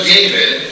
David